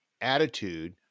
attitude